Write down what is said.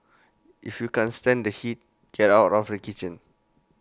if you can't stand the heat get out of the kitchen